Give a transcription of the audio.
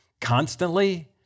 constantly